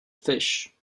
fish